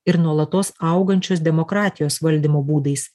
ir nuolatos augančios demokratijos valdymo būdais